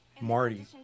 Marty